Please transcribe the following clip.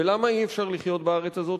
ולמה אי-אפשר לחיות בארץ הזאת?